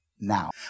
now